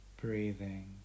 breathing